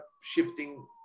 shifting